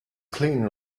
clean